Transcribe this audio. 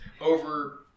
Over